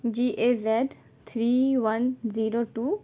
G A Z three one zero two